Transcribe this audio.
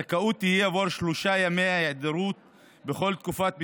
הזכאות תהיה עבור שלושה ימי היעדרות בכל תקופת בידוד,